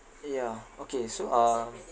yeah okay so uh